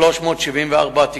האחרונה